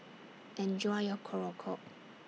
Enjoy your Korokke